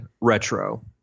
retro